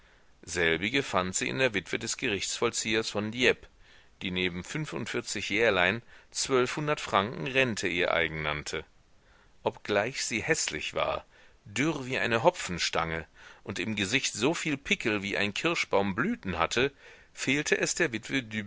selbige fand sie in der witwe des gerichtsvollziehers von dieppe die neben fünfundvierzig jährlein zwölfhundert franken rente ihr eigen nannte obgleich sie häßlich war dürr wie eine hopfenstange und im gesicht so viel pickel wie ein kirschbaum blüten hatte fehlte es der witwe